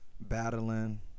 Battling